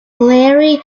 larry